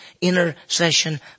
intercession